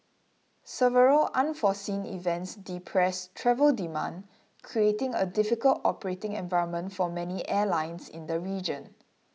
several unforeseen events depressed travel demand creating a difficult operating environment for many airlines in the region